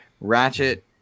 Ratchet